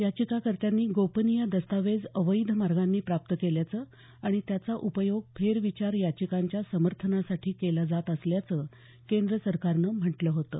याचिकाकर्त्यांनी गोपनीय दस्तावेज अवैध मार्गांनी प्राप्त केल्याचं आणि त्याचा उपयोग फेरविचार याचिकांच्या समर्थनासाठी केला जात असल्याचं केंद्र सरकारनं म्हटलं होतं